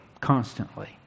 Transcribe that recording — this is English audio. constantly